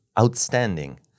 outstanding